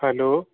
hello